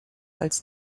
als